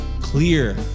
clear